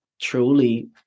truly